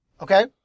Okay